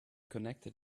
connected